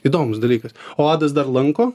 įdomus dalykas o adas dar lanko